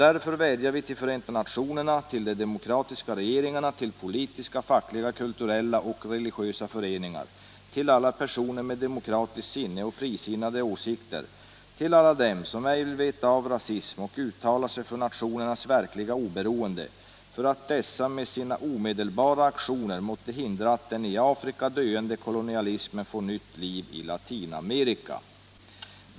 Därför vädjar vi till Förenta Nationerna, till de demokratiska regeringarna, till politiska, fackliga, kulturella och religiösa föreningar, till alla personer med demokratiskt sinne och frisinnade åsikter, till alla dem som ej vill veta av rasism och uttalar sig för nationernas verkliga oberoende, för att dessa med sina omedelbara aktioner måtte förhindra att den i Afrika döende kolonialismen får nytt liv i Latinamerika.